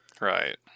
right